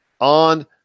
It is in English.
on